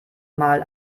mal